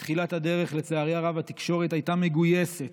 בתחילת הדרך, לצערי הרב, התקשורת הייתה מגויסת